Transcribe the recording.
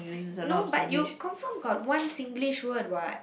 no but you confirm got one Singlish word what